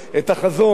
את החזון,